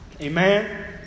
Amen